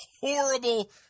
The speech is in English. Horrible